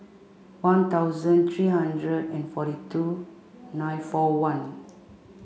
one thousand three hundred and forty two nine four one